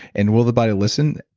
and will the body listen?